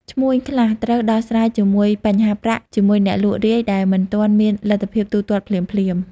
ឈ្មួញខ្លះត្រូវដោះស្រាយជាមួយ បញ្ហាប្រាក់ជាមួយអ្នកលក់រាយដែលមិនទាន់មានលទ្ធភាពទូទាត់ភ្លាមៗ។